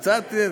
קצת.